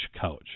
Couch